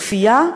בכפייה,